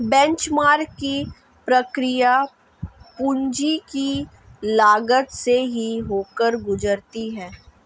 benchmark की प्रक्रिया पूंजी की लागत से ही होकर गुजरती है